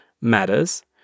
matters